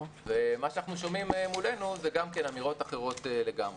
ומה שאנחנו שומעים מולנו זה אמירות אחרות לגמרי.